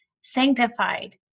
sanctified